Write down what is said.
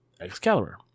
Excalibur